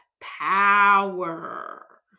power